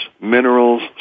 minerals